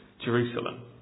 Jerusalem